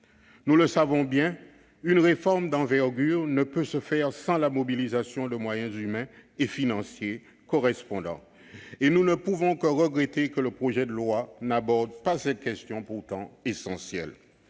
Nous le savons bien, une réforme d'envergure ne peut se faire sans la mobilisation de moyens humains et financiers correspondants. Nous ne pouvons que le regretter, ce projet de loi n'aborde pas cette question pourtant essentielle.